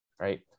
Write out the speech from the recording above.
right